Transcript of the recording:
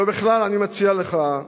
ובכלל, אני מציע לך,